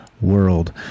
world